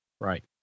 Right